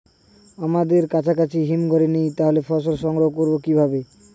আমাদের কাছাকাছি হিমঘর নেই তাহলে ফসল সংগ্রহ করবো কিভাবে?